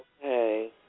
okay